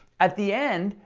at the end,